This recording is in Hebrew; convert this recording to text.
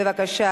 בבקשה.